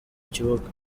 kibuga